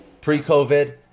pre-COVID